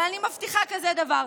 אבל אני מבטיחה כזה דבר,